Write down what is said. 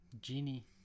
Genie